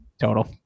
total